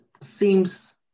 seems